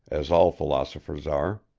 as all philosophers are,